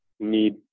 need